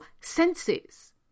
senses